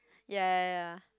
ya